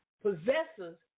possessors